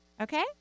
Okay